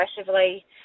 aggressively